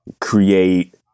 create